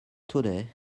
today